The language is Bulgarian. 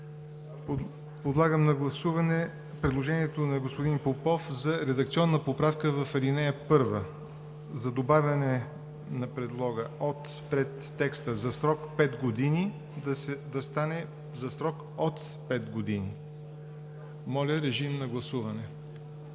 Подлагам на гласуване предложението на господин Попов за редакционна поправка в ал. 1 за добавяне на предлога „от“ пред текста „за срок 5 години“ – да стане „за срок от 5 години“. Моля, гласувайте.